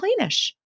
cleanish